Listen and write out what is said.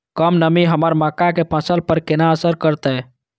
कम नमी हमर मक्का के फसल पर केना असर करतय?